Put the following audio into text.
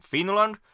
Finland